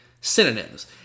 synonyms